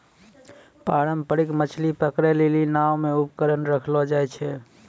पारंपरिक मछली पकड़ै लेली नांव मे उपकरण रखलो जाय छै